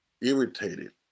irritated